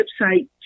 website